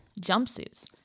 jumpsuits